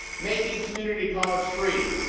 making community college free,